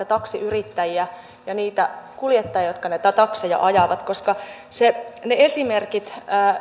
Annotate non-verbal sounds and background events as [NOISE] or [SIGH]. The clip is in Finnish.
[UNINTELLIGIBLE] taksiyrittäjiä ja niitä kuljettajia jotka näitä takseja ajavat ne esimerkit